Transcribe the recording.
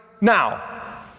now